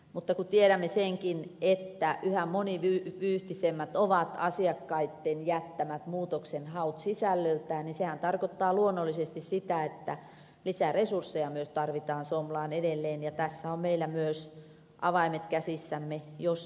mutta kun tiedämme senkin että yhä monivyyhtisemmät ovat asiakkaitten jättämät muutoksenhaut sisällöltään niin sehän tarkoittaa luonnollisesti sitä että lisää resursseja tarvitaan somlaan edelleen ja tässä on meillä myös avaimet käsissämme jos niin tahdomme